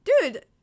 dude